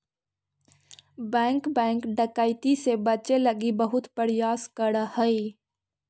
bank bank डकैती से बचे लगी बहुत प्रयास करऽ हइ